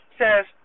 says